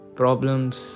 problems